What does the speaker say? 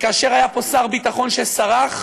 וכאשר היה פה שר ביטחון שסרח,